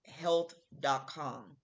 health.com